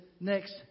next